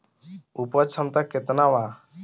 उपज क्षमता केतना वा?